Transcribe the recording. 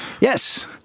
Yes